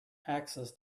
access